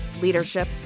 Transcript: leadership